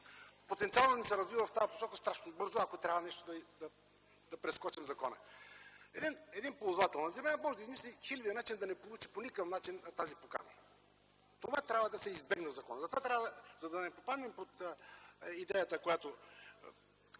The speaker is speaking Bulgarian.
потенциалът ни се развива в тази посока страшно бързо, ако трябва да прескочим закона. Един ползвател на земя може да измисли хиляди начини да не получи по никакъв начин тази покана. Това трябва да се избегне от закона. За да не попаднем под идеята, която